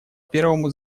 первому